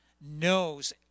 knows